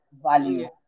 value